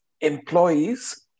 employees